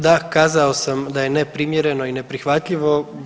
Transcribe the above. Da, kazao sam da je neprimjereno i neprihvatljivo.